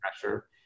pressure